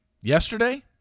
yesterday